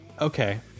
okay